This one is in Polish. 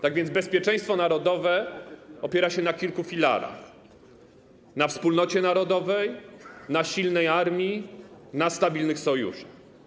Tak więc bezpieczeństwo narodowe opiera się na kilku filarach - na wspólnocie narodowej, na silnej armii, na stabilnych sojuszach.